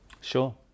sure